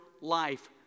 life